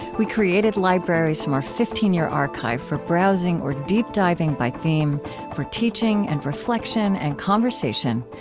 we created libraries from our fifteen year archive for browsing or deep diving by theme for teaching and reflection and conversation.